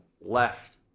left